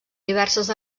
diverses